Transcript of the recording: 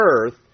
earth